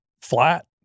flat